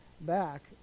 back